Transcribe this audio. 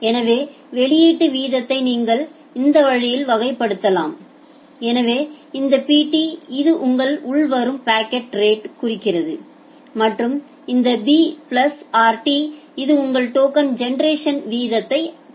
எனவே வெளியீட்டு வீதத்தை நீங்கள் இந்த வழியில் வகைப்படுத்தலாம் எனவே இந்த Pt இது உங்கள் உள்வரும் பாக்கெட் ரேட்க் குறிக்கிறது மற்றும் இந்த b plus rt இது உங்கள் டோக்கன் ஜெனெரேஷன் வீதத்தைக் குறிக்கிறது